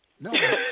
No